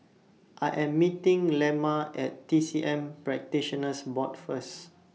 I Am meeting Lemma At T C M Practitioners Board First